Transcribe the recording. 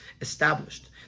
established